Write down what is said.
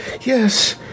Yes